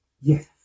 yes